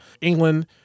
England